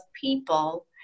people